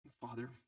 Father